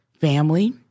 family